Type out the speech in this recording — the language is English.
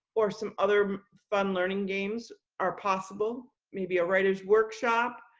or some other fun learning games are possible, maybe a writer's workshop,